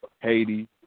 Haiti